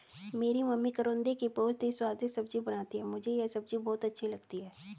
मेरी मम्मी करौंदे की बहुत ही स्वादिष्ट सब्जी बनाती हैं मुझे यह सब्जी बहुत अच्छी लगती है